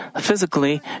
Physically